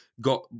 got